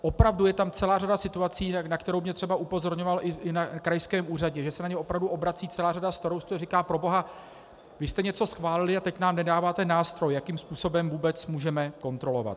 Opravdu je tam celá řada situací, na které mě třeba upozorňovali i na krajském úřadě, že se na ně opravdu obrací celá řada starostů a říkají: Proboha, vy jste něco schválili a teď nám nedáváte nástroj, jakým způsobem vůbec můžeme kontrolovat.